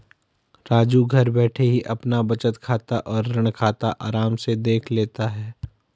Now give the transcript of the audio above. राजू घर बैठे ही अपना बचत खाता और ऋण खाता आराम से देख लेता है